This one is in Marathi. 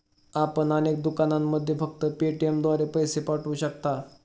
आपण अनेक दुकानांमध्ये फक्त पेटीएमद्वारे पैसे पाठवू शकता